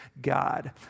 God